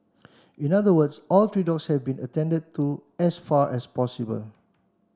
in other words all three dogs have been attended to as far as possible